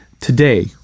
Today